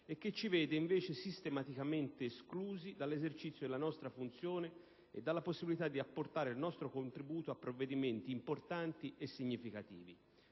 e che ci vede invece sistematicamente esclusi dall'esercizio della nostra funzione e dalla possibilità di apportare il nostro contributo a provvedimenti importanti e significativi.